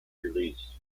release